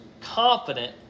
confident